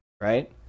right